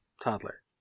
toddler